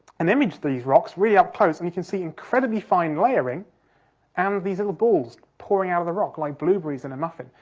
and imaged these rocks really up close, and you can see incredibly fine layering and these little balls pouring out of the rock, like blueberries in a muffin.